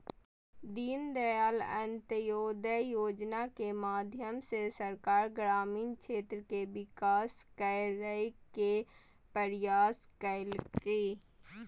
दीनदयाल अंत्योदय योजना के माध्यम से सरकार ग्रामीण क्षेत्र के विकसित करय के प्रयास कइलके